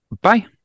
Bye